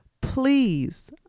Please